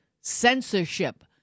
censorship